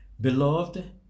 Beloved